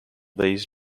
these